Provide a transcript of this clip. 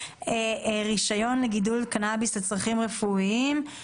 רישיון לגידול קנאביס לצרכים רפואיים,